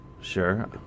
Sure